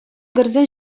кӗрсен